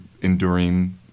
enduring